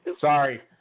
Sorry